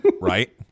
Right